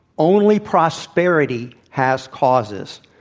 only prosperity has causes,